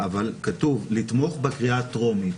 אבל כתוב: לתמוך בקריאה הטרומית.